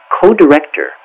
co-director